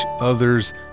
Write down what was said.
others